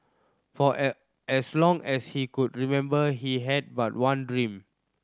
for as long as he could remember he had but one dream